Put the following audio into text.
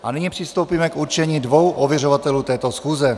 A nyní přistoupíme k určení dvou ověřovatelů této schůze.